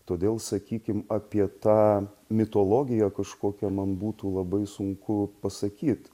todėl sakykim apie tą mitologiją kažkokią man būtų labai sunku pasakyt